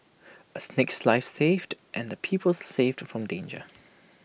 A snake's life saved and people saved from danger